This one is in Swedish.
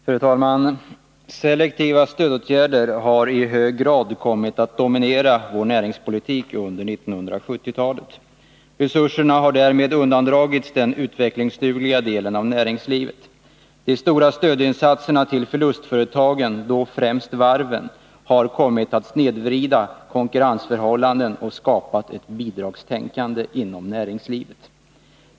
Fru talman! Selektiva stödåtgärder har i hög grad kommit att dominera vår näringspolitik under 1970-talet. Resurserna har därmed undandragits den utvecklingsdugliga delen av näringslivet. De stora stödinsatserna till förlustföretagen, främst till varven, har kommit att snedvrida konkurrensförhållandena och har skapat ett bidragstänkande inom näringslivet.